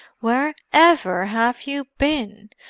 where ever have you been?